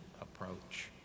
approach